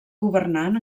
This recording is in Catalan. governant